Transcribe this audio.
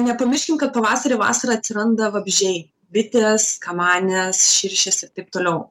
nepamirškim kad pavasarį vasarą atsiranda vabzdžiai bitės kamanės širšės ir taip toliau